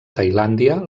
tailàndia